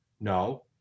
No